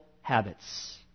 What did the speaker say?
habits